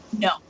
No